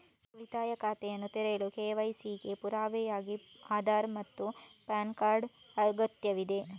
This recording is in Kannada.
ಉಳಿತಾಯ ಖಾತೆಯನ್ನು ತೆರೆಯಲು ಕೆ.ವೈ.ಸಿ ಗೆ ಪುರಾವೆಯಾಗಿ ಆಧಾರ್ ಮತ್ತು ಪ್ಯಾನ್ ಕಾರ್ಡ್ ಅಗತ್ಯವಿದೆ